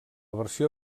versió